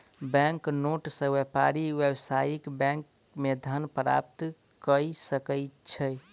bank note सॅ व्यापारी व्यावसायिक बैंक मे धन प्राप्त कय सकै छै